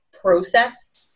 process